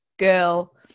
Girl